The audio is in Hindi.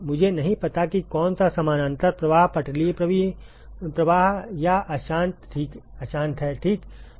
मुझे नहीं पता कि कौन सा समानांतर प्रवाह पटलीय प्रवाह या अशांत ठीक है